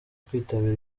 kwitabira